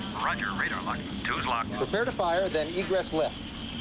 roger. radar locked. two's locked. prepare to fire, then egress left.